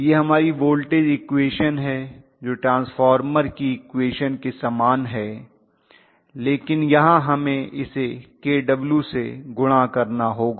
यह हमारी voltage equation है जो ट्रांसफार्मर की इक्वेशन के समान है लेकिन यहां हमें इसे kw से गुणा करना होगा